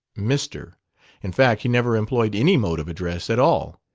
mister in fact, he never employed any mode of address at all.